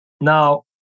Now